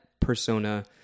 persona